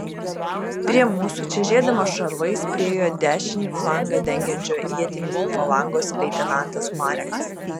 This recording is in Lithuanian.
prie mūsų čežėdamas šarvais priėjo dešinį flangą dengiančio ietininkų falangos leitenantas marekas